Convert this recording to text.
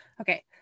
Okay